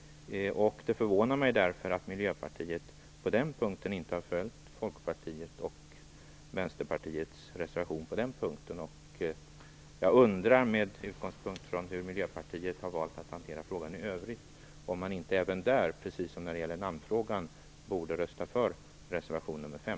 Det förvånar mig därför att Miljöpartiet inte följt Folkpartiets och Vänsterpartiets reservation på denna punkt. Med utgångspunkt i hur Miljöpartiet valt att hantera frågan i övrigt undrar jag om man inte även här, precis som i namnfrågan, borde stödja reservation 5.